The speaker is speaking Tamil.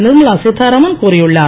நிர்மலா சீ தாராமன் கூறியுள்ளார்